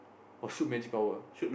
or shoot magic power